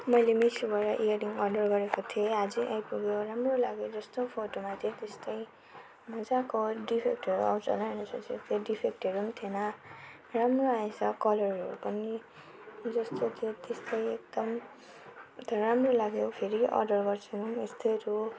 मैले मेसोबाट earring order गरेको थिएँ आजै आइपुग्यो राम्रो लाग्यो जस्तो फोटोमा थियो त्यस्तै मजाको डिफेक्टहरू आउँछ होला भनेर सोचेको थिएँ डिफेक्टहरू पनि थिएन राम्रो आएछ कलरहरू पनि जस्तो थियो त्यस्तै एकदम अन्त राम्रो लाग्यो फेरि अर्डर गर्छु यस्तैहरू